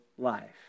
life